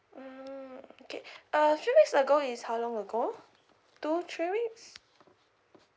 mm okay uh few weeks ago is how long ago two three weeks